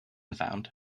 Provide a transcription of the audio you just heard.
found